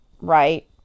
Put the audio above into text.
right